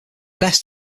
nest